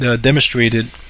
demonstrated